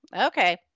okay